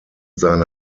seine